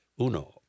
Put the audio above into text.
Uno